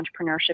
entrepreneurship